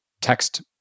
text